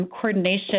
coordination